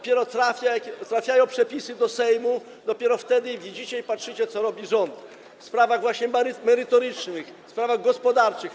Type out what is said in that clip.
Kiedy trafiają przepisy do Sejmu, dopiero wtedy widzicie i patrzycie, co robi rząd w sprawach merytorycznych, w sprawach gospodarczych.